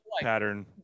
pattern